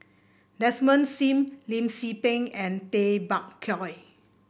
Desmond Sim Lim Tze Peng and Tay Bak Koi